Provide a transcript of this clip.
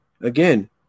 again